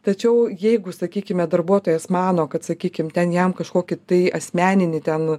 tačiau jeigu sakykime darbuotojas mano kad sakykim ten jam kažkokį tai asmeninį ten